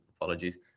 Apologies